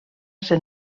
ser